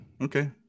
Okay